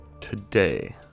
today